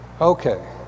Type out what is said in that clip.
Okay